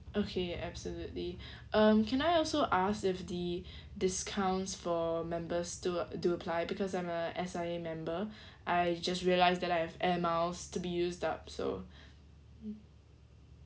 okay absolutely um can I also ask if the discounts for members do a~ do apply because I'm a S_I_A member I just realise that I have air miles to be used up so mm